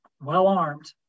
well-armed